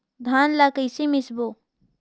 धान ला कइसे मिसबो?